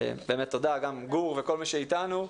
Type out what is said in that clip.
באמת תודה, גם גור וכל מי שאיתנו.